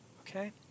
Okay